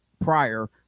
prior